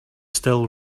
still